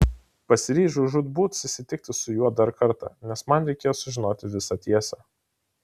pasiryžau žūtbūt susitikti su juo dar kartą nes man reikėjo sužinoti visą tiesą